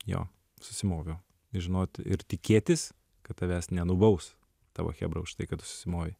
jo susimoviau žinoti ir tikėtis kad tavęs nenubaus tavo chebra už tai kad tu susimoviai